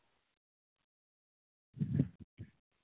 ꯍꯣꯏ ꯑꯗꯨ ꯌꯥꯝ ꯅꯨꯡꯉꯥꯏꯖꯔꯦ ꯑꯗꯨ ꯑꯣꯏꯗꯤ ꯑꯥ ꯉꯁꯤ ꯊꯝꯖꯔꯒꯦ